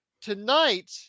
Tonight